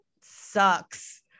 sucks